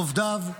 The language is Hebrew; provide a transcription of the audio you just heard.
עובדיו,